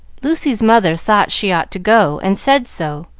lucy's mother thought she ought to go, and said so,